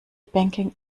banking